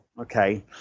Okay